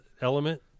element